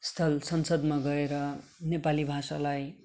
स्थल संसदमा गएर नेपाली भाषालाई